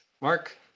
Mark